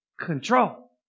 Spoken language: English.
control